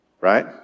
right